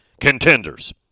contenders